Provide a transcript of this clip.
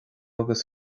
agus